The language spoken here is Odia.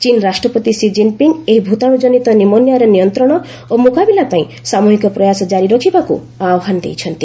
ଚୀନ୍ ରାଷ୍ଟ୍ରପତି ଷି କିନ୍ପିଙ୍ଗ୍ ଏହି ଭୂତାଣୁଜନିତ ନିମୋନିଆର ନିୟନ୍ତ୍ରଣ ଓ ମୁକାବିଲାପାଇଁ ସାମୃହିକ ପ୍ରୟାସ ଜାରି ରଖିବାକୁ ଆହ୍ୱାନ ଦେଇଛନ୍ତି